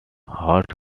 hot